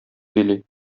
били